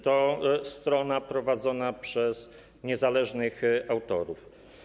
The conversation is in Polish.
To strona prowadzona przez niezależnych autorów.